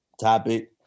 topic